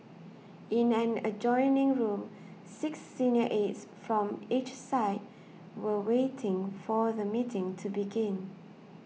in an adjoining room six senior aides from each side were waiting for the meeting to begin